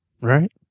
Right